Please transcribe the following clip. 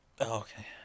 Okay